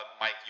Mike